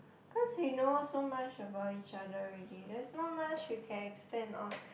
cause we know so much about each other already there's not much we can expand on